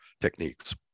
techniques